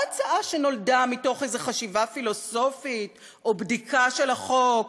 לא הצעה שנולדה מתוך איזו חשיבה פילוסופית או בדיקה של החוק.